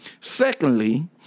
secondly